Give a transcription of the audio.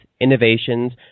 innovations